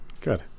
Good